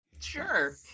sure